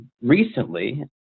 recently